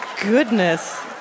Goodness